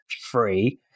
free